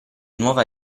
nuova